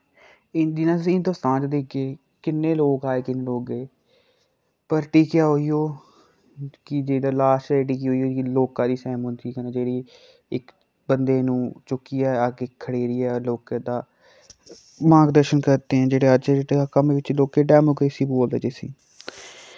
इन दिनें तुस हिन्दोस्तान च दिखगे किन्ने लोक आए किन्ने लोक गे पर टिकेआ उयो कि जेह्ड़ा लास्ट च टिकी उयो लोकां दी सैह्मती कन्नै जेह्ड़ी इक बंदे नु चुक्कियै आग्गे खड़ेरियै लोकें दा मार्गदर्शन करदे ऐं जेह्ड़े अज दे कम्म विच लोकी डैमोक्रेसी बोलदे जिसी